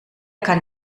kann